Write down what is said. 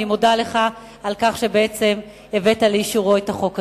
אני מודה לך על כך שבעצם הבאת לאישורו את החוק הזה.